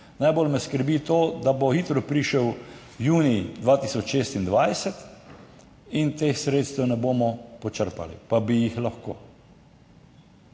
Najbolj me skrbi to, da bo hitro prišel junij 2026 in teh sredstev ne bomo počrpali pa bi jih lahko.